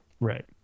right